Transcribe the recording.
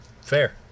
Fair